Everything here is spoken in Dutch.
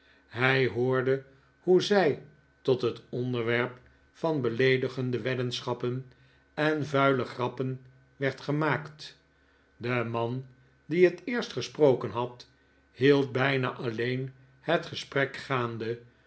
hij hoorde hoe zij tot het onderwerp van beleedigende weddenschappen en vuile grappeh werd gemaakt de man die het eerst gesproken had hield bijna alleen het gesprek gaande